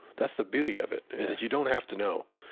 that's the beauty of it, is that you don't have to know.